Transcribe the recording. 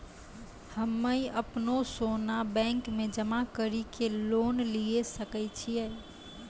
हम्मय अपनो सोना बैंक मे जमा कड़ी के लोन लिये सकय छियै?